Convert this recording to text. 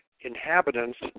inhabitants